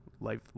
life